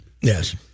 yes